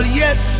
yes